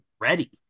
ready